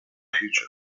future